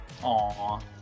Aww